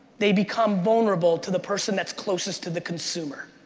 they become vulnerable to the person that's closest to the consumer.